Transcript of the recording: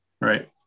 Right